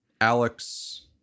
Alex